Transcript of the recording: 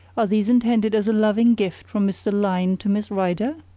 are these intended as a loving gift from mr. lyne to miss rider?